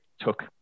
took –